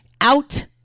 out